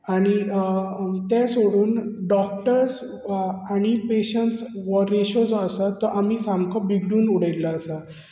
आनी तें सोडून डॉकटर्स आनी पॅशण्टस वो रॅशो जो आसा तो आमी सामको बिगडून उडयिल्लो आसा